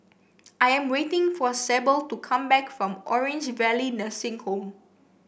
I am waiting for Sable to come back from Orange Valley Nursing Home